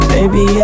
Baby